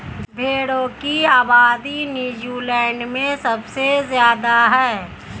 भेड़ों की आबादी नूज़ीलैण्ड में सबसे ज्यादा है